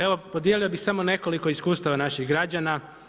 Evo podijelio bih samo nekoliko iskustava naših građana.